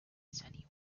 sunny